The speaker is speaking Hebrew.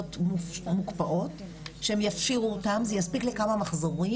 שירות, לפחות.